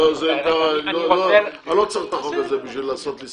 אני לא צריך את החוק הזה בשביל לעשות לי סלט.